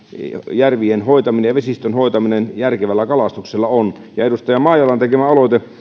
järvien hoitaminen ja vesistön hoitaminen järkevällä kalastuksella on edustaja maijalan tekemälle aloitteelle